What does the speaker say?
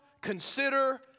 consider